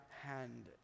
hand